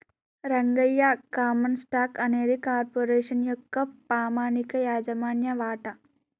Rangayya common stock అనేది corporation యొక్క పామనిక యాజమాన్య వాట